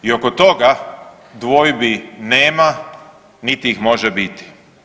I oko toga dvojbi nema niti ih može biti.